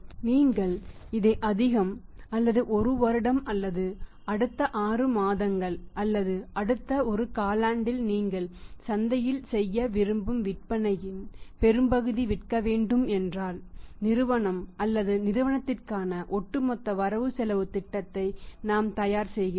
நீங்கள் இதை அதிகம் அல்லது ஒரு வருடம் அல்லது அடுத்த 6 மாதங்கள் அல்லது அடுத்த ஒரு காலாண்டில் நீங்கள் சந்தையில் செய்ய விரும்பும் விற்பனையின் பெரும்பகுதி விற்க வேண்டும் என்றால் நிறுவனம் அல்லது நிறுவனத்திற்கான ஒட்டுமொத்த வரவு செலவுத் திட்டத்தை நாம் தயார் செய்கிறோம்